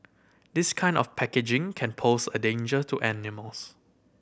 this kind of packaging can pose a danger to animals